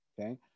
Okay